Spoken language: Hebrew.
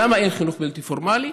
למה אין חינוך בלתי פורמלי?